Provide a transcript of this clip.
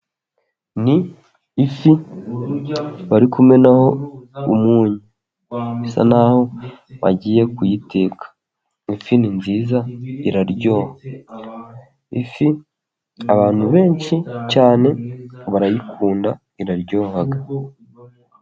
Ni ifi bari kumenaho umunyu, bisa naho bagiye kuyiteka, ifi ni nziza iraryoha. Ifi abantu benshi cyane barayikunda, iraryoha.